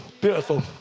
beautiful